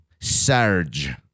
Surge